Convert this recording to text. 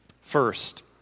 First